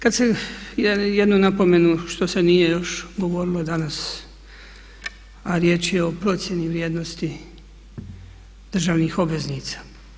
Kad se, jednu napomenu što se nije još govorilo danas, a riječ je o procjeni vrijednosti državnih obveznica.